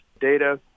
data